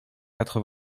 quatre